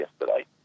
yesterday